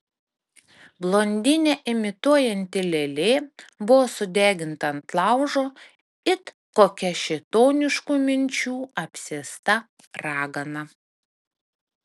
blondinę imituojanti lėlė buvo sudeginta ant laužo it kokia šėtoniškų minčių apsėsta ragana